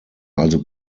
also